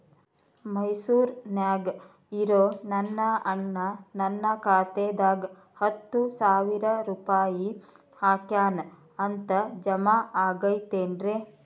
ಮೈಸೂರ್ ನ್ಯಾಗ್ ಇರೋ ನನ್ನ ಅಣ್ಣ ನನ್ನ ಖಾತೆದಾಗ್ ಹತ್ತು ಸಾವಿರ ರೂಪಾಯಿ ಹಾಕ್ಯಾನ್ ಅಂತ, ಜಮಾ ಆಗೈತೇನ್ರೇ?